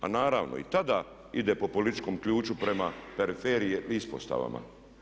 A naravno i tada ide po političkom ključu prema periferije ispostavama.